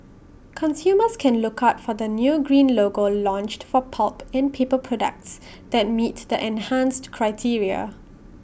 consumers can look out for the new green logo launched for pulp and paper products that meet the enhanced criteria